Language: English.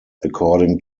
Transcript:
according